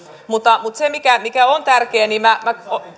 se mikä mikä on tärkeää minä minä